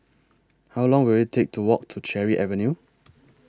How Long Will IT Take to Walk to Cherry Avenue